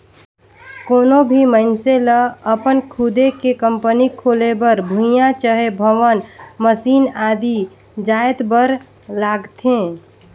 कोनो भी मइनसे लअपन खुदे के कंपनी खोले बर भुंइयां चहे भवन, मसीन आदि जाएत बर लागथे